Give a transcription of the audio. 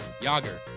Yager